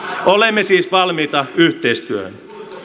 olemme siis valmiita yhteistyöhön